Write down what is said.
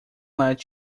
let